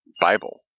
Bible